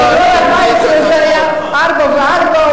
זה היה ארבעה וארבעה,